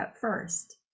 first